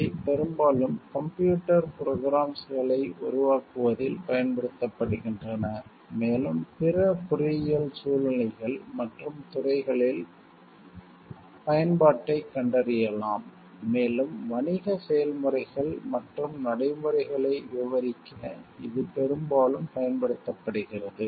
அவை பெரும்பாலும் கம்ப்யூட்டர் ப்ரொக்ராம்ஸ்களை உருவாக்குவதில் பயன்படுத்தப்படுகின்றன மேலும் பிற பொறியியல் சூழ்நிலைகள் மற்றும் துறைகளில் பயன்பாட்டைக் கண்டறியலாம் மேலும் வணிக செயல்முறைகள் மற்றும் நடைமுறைகளை விவரிக்க இது பெரும்பாலும் பயன்படுத்தப்படுகிறது